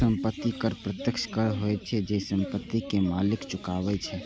संपत्ति कर प्रत्यक्ष कर होइ छै, जे संपत्ति के मालिक चुकाबै छै